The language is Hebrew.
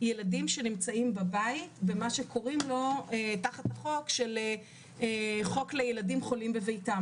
ילדים שנמצאים בבית במה שקוראים לו תחת החוק לילדים חולים בביתם.